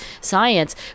science